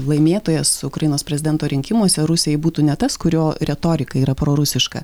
laimėtojas ukrainos prezidento rinkimuose rusijai būtų ne tas kurio retorika yra prorusiška